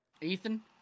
Ethan